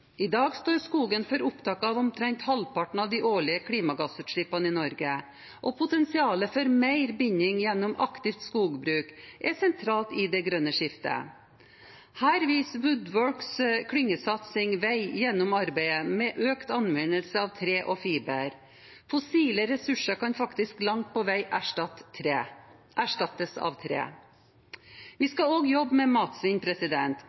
I dag står skogen for opptak av omtrent halvparten av de årlige klimagassutslippene i Norge, og potensialet for mer binding gjennom aktivt skogbruk er sentralt i det grønne skiftet. Her viser WoodWorks’ klyngesatsing vei gjennom arbeidet med økt anvendelse av tre og fiber. Fossile ressurser kan faktisk langt på vei erstattes av tre. Vi skal også jobbe med matsvinn.